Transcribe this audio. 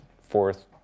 fourth